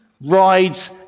rides